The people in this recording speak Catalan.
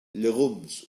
llegums